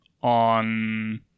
on